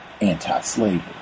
anti-slavery